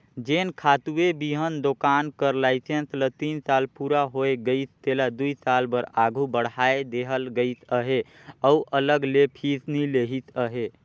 जेन खातूए बीहन दोकान कर लाइसेंस ल तीन साल पूरा होए गइस तेला दुई साल बर आघु बढ़ाए देहल गइस अहे अउ अलग ले फीस नी लेहिस अहे